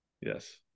yes